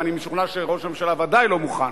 ואני משוכנע שראש הממשלה ודאי לא מוכן,